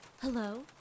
Hello